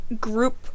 group